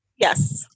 Yes